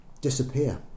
disappear